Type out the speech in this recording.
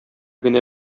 генә